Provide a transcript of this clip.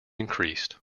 increased